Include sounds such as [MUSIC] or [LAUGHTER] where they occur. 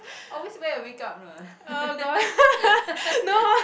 always wear your make-up no lah [LAUGHS]